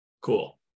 Cool